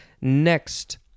Next